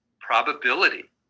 probability